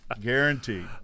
Guaranteed